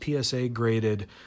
PSA-graded